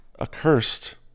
accursed